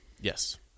Yes